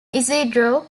isidro